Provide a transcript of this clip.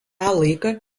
laiką